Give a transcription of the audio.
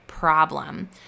problem